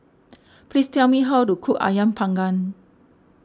please tell me how to cook Ayam Panggang